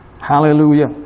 Hallelujah